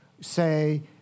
say